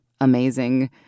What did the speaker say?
amazing